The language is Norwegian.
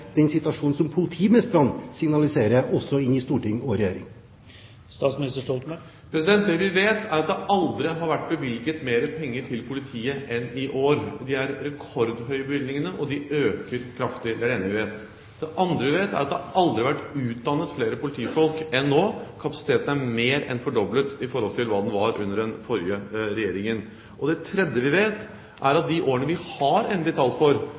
vi vet, er at det aldri har vært bevilget mer penger til politiet enn i år. Bevilgningene er rekordhøye, og de øker kraftig. Det er det ene vi vet. Det andre vi vet, er at det aldri har vært utdannet flere politifolk enn nå. Kapasiteten er mer enn fordoblet i forhold til hva den var under den forrige regjeringen. Og det tredje vi vet, er at de årene vi har endelige tall for,